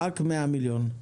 רק 100 מיליון.